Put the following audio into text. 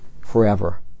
forever